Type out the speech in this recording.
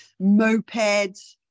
mopeds